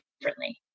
differently